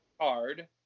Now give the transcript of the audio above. card